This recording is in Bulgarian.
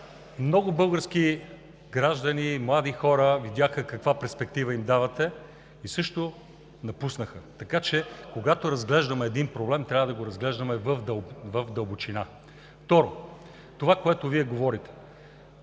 много български граждани и млади хора видяха каква перспектива им давате и също напуснаха. Така че, когато разглеждаме един проблем, трябва да го разглеждаме в дълбочина. Второ, искам да кажа